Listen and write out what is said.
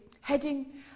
heading